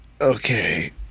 okay